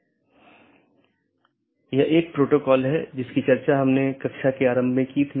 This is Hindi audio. यह ओपन अपडेट अधिसूचना और जीवित इत्यादि हैं